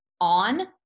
on